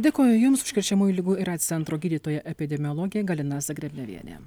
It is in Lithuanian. dėkoju jums užkrečiamųjų ligų ir aids centro gydytoja epidemiologė galina zagrebnevienė